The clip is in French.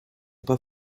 pas